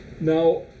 now